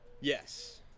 Yes